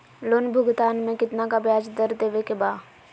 Loan भुगतान में कितना का ब्याज दर देवें के बा?